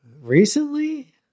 Recently